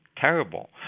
terrible